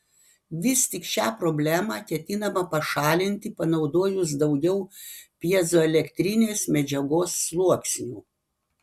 vis tik šią problemą ketinama pašalinti panaudojus daugiau pjezoelektrinės medžiagos sluoksnių